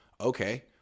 Okay